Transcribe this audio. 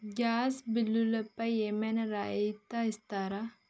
Gas బిల్లుపై ఏమైనా రాయితీ ఇస్తారా?